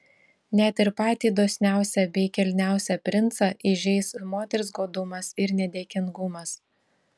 net ir patį dosniausią bei kilniausią princą įžeis moters godumas ir nedėkingumas